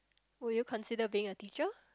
would you consider being a teacher